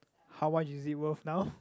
how much is it worth now